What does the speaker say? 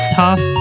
tough